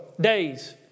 days